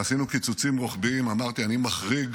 ועשינו קיצוצים רוחביים, אמרתי, אני מחריג